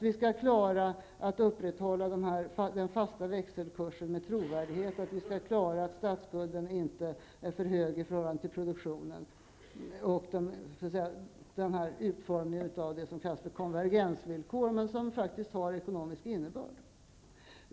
Vi skall klara att upprätthålla den fasta växelkursen med trovärdighet. Vi skall klara att se till att statsbudgeten inte är för hög i förhållande till produktionen, och vi skall klara utformningen av det som kallas för konvergensvillkor, men som faktiskt har en ekonomisk innebörd.